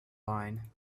line